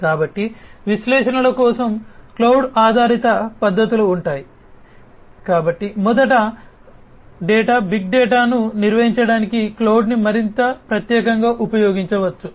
కాబట్టి విశ్లేషణల కోసం క్లౌడ్ ఆధారిత పద్ధతులు ఉంటాయి కాబట్టి మొదట డేటా బిగ్ డేటాను నిర్వహించడానికి క్లౌడ్ను మరింత ప్రత్యేకంగా ఉపయోగించవచ్చు